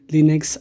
Linux